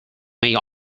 make